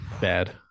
bad